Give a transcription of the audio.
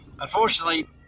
Unfortunately